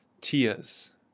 Tears